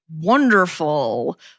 wonderful